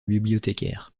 bibliothécaire